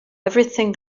everything